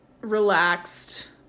relaxed